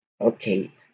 Okay